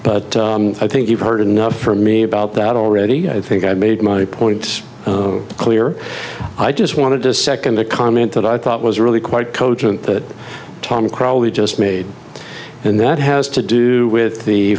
but i think you've heard enough from me about that already i think i made my point clear i just wanted to second the comment that i thought was really quite cogent that tom crowley just made and that has to do with the